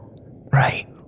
right